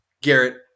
Garrett